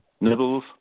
nibbles